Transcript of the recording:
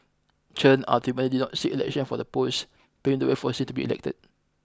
Chen ultimately did not seek election for the post paving the way for Singh to be elected